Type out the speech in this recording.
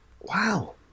wow